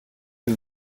eut